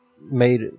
made